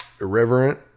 Irreverent